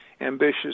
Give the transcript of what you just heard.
ambitious